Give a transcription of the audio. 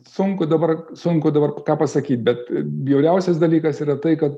sunku dabar sunku dabar ką pasakyt bet bjauriausias dalykas yra tai kad